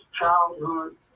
Childhood